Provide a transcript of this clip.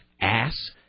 ass